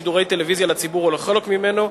שידורי טלוויזיה לציבור או לחלק ממנו,